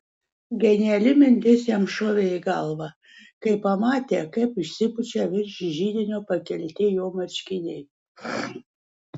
geniali mintis jam šovė į galvą kai pamatė kaip išsipučia virš židinio pakelti jo marškiniai